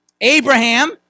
Abraham